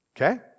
Okay